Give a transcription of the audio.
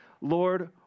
Lord